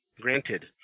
Granted